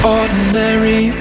ordinary